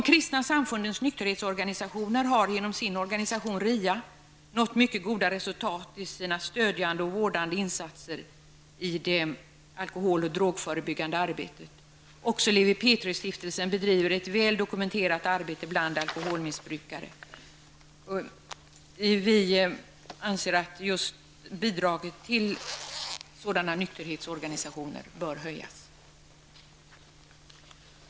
De kristna samfundens nykterhetsorganisationer har genom sin organisation RIA nått mycket goda resultat i sina stödjande och vårdande insatser vid alkohol och drogförebyggande arbete. Även Lewi Pethrus Stiftelse bedriver ett väl dokumenterat arbete bland alkoholmissbrukare. Vi anser att just bidraget till sådana nykterhetsorganisationer bör höjas.